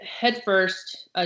headfirst